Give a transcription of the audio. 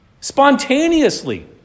spontaneously